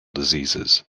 diseases